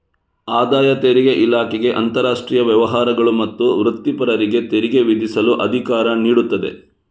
ಆದಾಯ ತೆರಿಗೆ ಇಲಾಖೆಗೆ ಅಂತರಾಷ್ಟ್ರೀಯ ವ್ಯವಹಾರಗಳು ಮತ್ತು ವೃತ್ತಿಪರರಿಗೆ ತೆರಿಗೆ ವಿಧಿಸಲು ಅಧಿಕಾರ ನೀಡುತ್ತದೆ